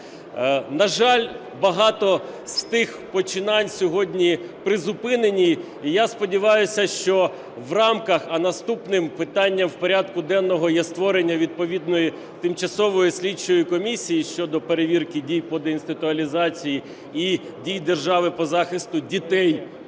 На жаль, багато з тих починань сьогодні призупинені. І я сподіваюсь, що в рамках, а наступним питанням порядку денного є створення відповідної тимчасової слідчої комісії щодо перевірки дій по деінституалізації і дій держави по захисту